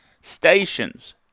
stations